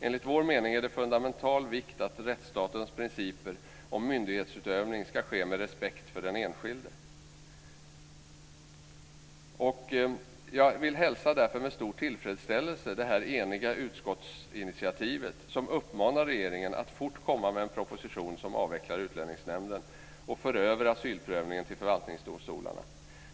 Enligt vår mening är rättsstatens principer om att myndighetsutövning ska ske med respekt för den enskilde av fundamental vikt. Jag hälsar därför med stor tillfredsställelse det eniga utskottsinitiativet som uppmanar regeringen att fort lägga fram en proposition med förslag om att avveckla Utlänningsnämnden och att föra över asylprövningen till förvaltningsdomstolarna.